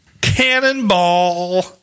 Cannonball